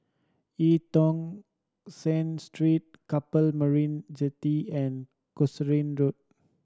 Eu Tong Sen Street Keppel Marina Jetty and Casuarina Road